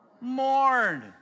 Mourn